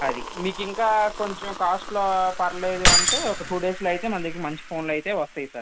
అది మీకు ఇంకా కొంచెం కాస్ట్లో పర్వాలేదు అంటే ఒక టూ డేస్లో అయితే మన దగ్గరకి మంచి ఫోన్లు అయితే వస్తాయి సార్